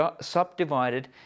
subdivided